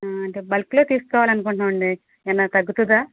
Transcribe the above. అంటే బల్క్లో తీసుకోవాలి అనుకుంటున్నాం అండి ఏమన్నా తగ్గుతుందా